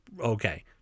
okay